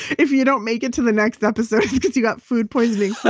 if you don't make it to the next episode, it's because you got food poisoning